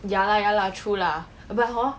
ya lah ya lah true lah about hor